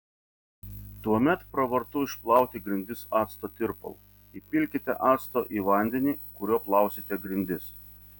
tuomet pravartu išplauti grindis acto tirpalu įpilkite acto į vandenį kuriuo plausite grindis